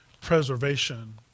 preservation